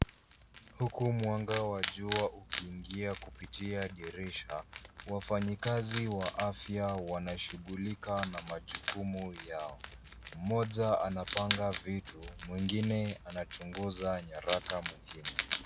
Huku mwanga wa jua ukiingia kupitia dirisha, wafanyakazi wa afya wanashughulika na majukumu yao. Mmoja anapanga vitu, mwingine anachunguza nyaraka muhimu.